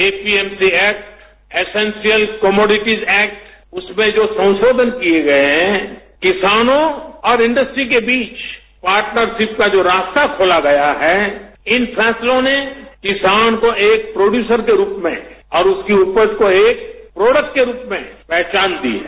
APMC act essential commodity act उसमें जो संशोधन किए गए हैं किसानों और इंडस्ट्री के बीच पार्टनरशिप का जो रास्ता खोला गया है इन फैसलों ने किसान को एक प्रोडयूसर के रूप में और उसकी उपज को एक प्रोडक्ट के रूप में पहचान दी है